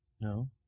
No